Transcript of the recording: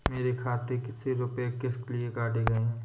मेरे खाते से रुपय किस लिए काटे गए हैं?